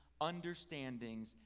understandings